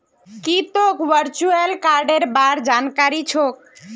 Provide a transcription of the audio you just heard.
की तोक वर्चुअल कार्डेर बार जानकारी छोक